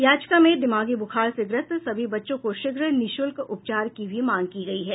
याचिका में दिमागी बुखार से ग्रस्त सभी बच्चों के शीघ्र निशुल्क उपचार की भी मांग की गई है